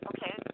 Okay